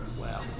Wow